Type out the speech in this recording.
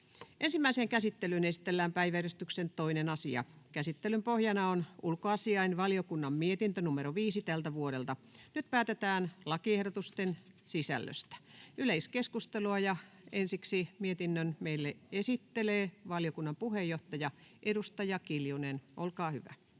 Ensimmäiseen käsittelyyn esitellään päiväjärjestyksen 2. asia. Käsittelyn pohjana on ulkoasiainvaliokunnan mietintö UaVM 5/2024 vp. Nyt päätetään lakiehdotusten sisällöstä. — Yleiskeskustelua, ja ensiksi mietinnön meille esittelee valiokunnan puheenjohtaja, edustaja Kiljunen, olkaa hyvä.